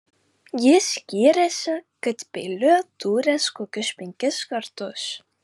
jis gyrėsi kad peiliu dūręs kokius penkis kartus